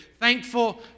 Thankful